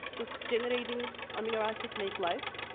does generating amino acid make life?